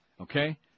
Okay